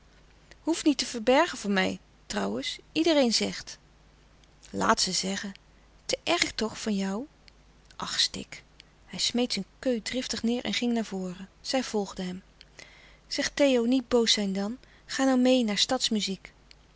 hoef niet te verbergen voor mij trouwens iedereen zegt laat ze zeggen te erg toch van jou ach stik hij smeet zijn keu driftig neêr en ging naar voren zij volgde hem zeg theo niet boos zijn dan ga nou meê naar